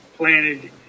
planted